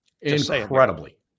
Incredibly